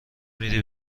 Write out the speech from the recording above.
میری